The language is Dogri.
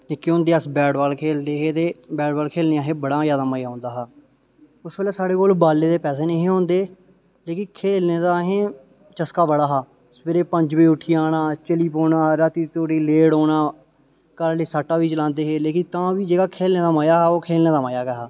निक्के हुंदे अस बैट बाल खेलदे हे ते बैट बाल खेलने दा असेंगी बड़ा ज्यादा मजा आंदा हा उस्स बेल्लै साढ़े कोल बाल्लें दे पैसे नेहे होंदे जेह्की खेलने दा असेंगी चस्का बड़ा हा सबेरे पंज बजे उट्ठी जाना चली जाना रातीं थोह्ड़ी लेट आना घर आह्ले सट्टां बी चलांदे हे लेकिन तां बी जेह्ड़ा खेलने दा मजा ओह् खेलने दा मजा केह् हा